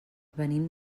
venim